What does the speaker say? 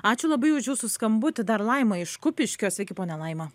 ačiū labai už jūsų skambutį dar laima iš kupiškio sveiki ponia laima